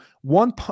one